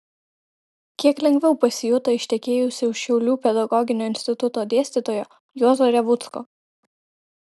kiek lengviau pasijuto ištekėjusi už šiaulių pedagoginio instituto dėstytojo juozo revucko